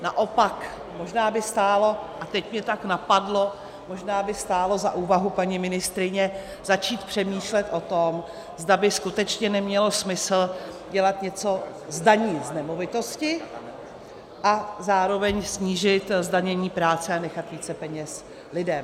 Naopak, možná by stálo, a teď mě tak napadlo, možná by stálo za úvahu, paní ministryně, začít přemýšlet o tom, zda by skutečně nemělo smysl dělat něco s daní z nemovitosti a zároveň snížit zdanění práce a nechat více peněz lidem.